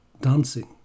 dancing